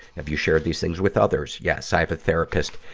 have you shared these things with others? yes, i have a therapist,